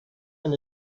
and